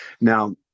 Now